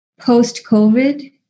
post-COVID